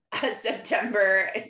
September